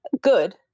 good